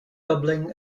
doubling